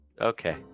Okay